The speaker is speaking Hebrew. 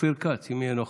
אופיר כץ, אם יהיה נוכח.